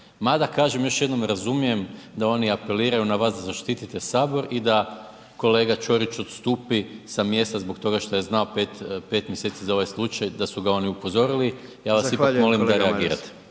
Mada kažem još jednom razumijem da oni apeliraju na vas zaštite Sabor i da kolega Ćorić odstupi sa mjesta zbog toga što je znao pet mjeseci za ovaj slučaj da su ga oni upozorili, ja vas ipak molim da reagirate.